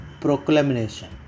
Proclamation